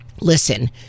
Listen